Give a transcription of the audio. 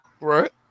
Right